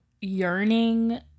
yearning